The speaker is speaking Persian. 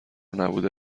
نبوده